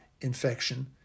infection